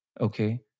Okay